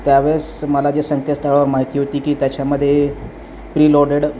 त्यावेळेस मला जे संकेतस्थळावर माहिती होती की त्याच्यामध्ये प्रिलोडेड